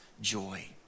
joy